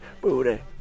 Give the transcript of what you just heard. Booty